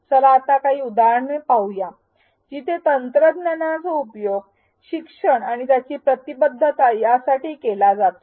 चला आता काही उदाहरणे पाहू या जिथे तंत्रज्ञानाचा उपयोग शिक्षण आणि त्याची प्रतिबद्धता यासाठी केला जातो